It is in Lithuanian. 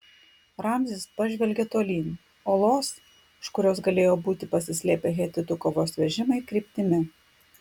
ramzis pažvelgė tolyn uolos už kurios galėjo būti pasislėpę hetitų kovos vežimai kryptimi